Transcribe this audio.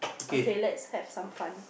okay let's have some fun